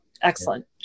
excellent